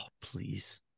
please